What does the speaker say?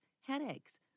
headaches